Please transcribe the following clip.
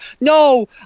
no